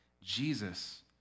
Jesus